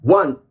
one